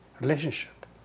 relationship